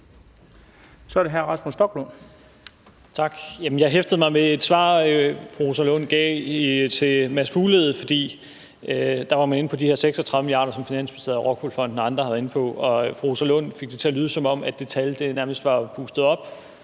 Kl. 12:46 Rasmus Stoklund (S): Tak. Jeg hæftede mig ved et svar, fru Rosa Lund gav til hr. Mads Fuglede, for der var man inde på de her 36 mia. kr., som Finansministeriet, ROCKWOOL Fonden og andre har været inde på. Fru Rosa Lund fik det til at lyde, som om det tal nærmest var pustet op,